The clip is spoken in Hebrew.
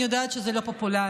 אני יודעת שזה לא פופולרי,